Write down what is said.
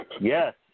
Yes